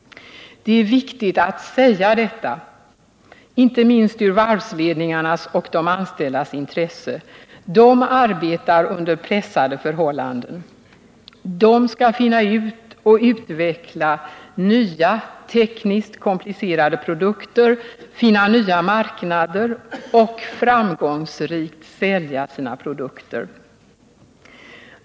Det är viktigt att säga detta, inte minst i varvsledningarnas och de anställdas intresse. De arbetar under pressande förhållanden. De skall finna ut och utveckla nya, tekniskt komplicerade produkter, finna nya marknader och framgångsrikt sälja sina produkter.